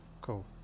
cool